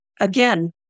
again